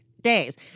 days